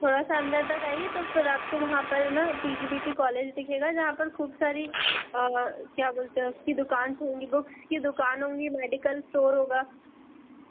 थोड़ा सा अंदर तक आइए तो फिर आपको वहाँ पर ना P G B T college दिखेगा जहाँ पर ख़ूब सारी क्या बोलते हैं उसकी दुकान्स होंगी बुक्स की दुकान होंगी मैडिकल स्टोर होगा